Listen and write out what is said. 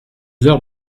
heures